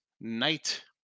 night